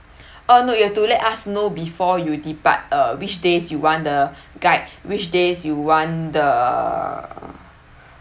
oh no you have to let us know before you depart uh which days you want the guide which days you want the